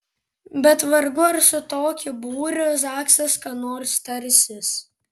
bet vargu ar su tokiu būriu zaksas ką nors tarsis